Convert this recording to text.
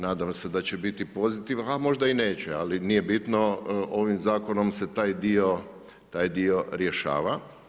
Nadam se daće biti pozitivan, a možda i neće, ali nije bitno, ovim Zakonom se taj dio, taj dio rješava.